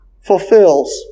fulfills